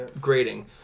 grading